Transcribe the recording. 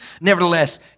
Nevertheless